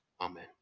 Amen